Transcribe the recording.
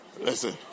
Listen